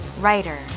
writer